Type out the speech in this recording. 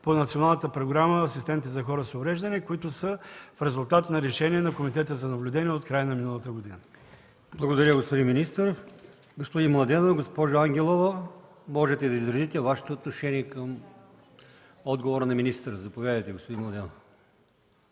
по Националната програма „Асистенти за хора с увреждания”, които са в резултат на решение на Комитета за наблюдение от края на миналата година. ПРЕДСЕДАТЕЛ АЛИОСМАН ИМАМОВ: Благодаря, господин министър. Господин Младенов, госпожо Ангелова, можете да изразите отношението Ви към отговора на министъра. Заповядайте, господин Младенов.